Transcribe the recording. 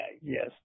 Yes